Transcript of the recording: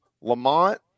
Lamont